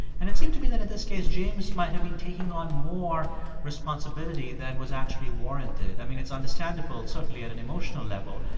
and it seemed to me that, in this case, james might have been taking on more responsibility than was actually warranted. i mean, it's understandable, certainly, at an emotional level.